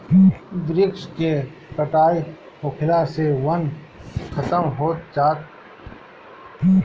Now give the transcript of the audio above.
वृक्ष के कटाई होखला से वन खतम होत जाता